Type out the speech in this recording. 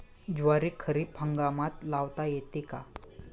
ज्वारी खरीप हंगामात लावता येते का?